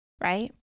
Right